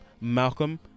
Malcolm